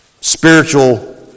spiritual